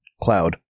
Cloud